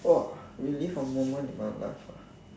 !wah! relive a moment in my life ah